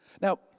Now